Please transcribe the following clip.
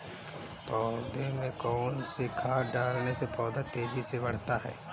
पौधे में कौन सी खाद डालने से पौधा तेजी से बढ़ता है?